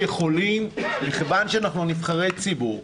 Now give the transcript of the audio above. מכיוון שאנחנו נבחרי ציבור,